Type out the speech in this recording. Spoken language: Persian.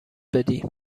بدی